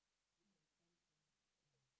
we can end in about ten